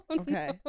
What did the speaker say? Okay